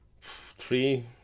three